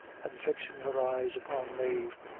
and fixing her eyes upon mave,